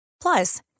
Plus